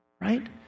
right